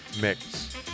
mix